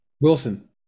Wilson